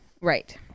Right